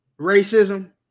racism